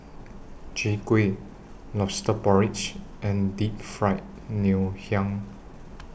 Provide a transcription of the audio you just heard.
Chwee Kueh Lobster Porridge and Deep Fried Ngoh Hiang